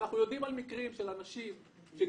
אנחנו יודעים על אנשים שנפצעו,